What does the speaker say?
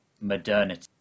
modernity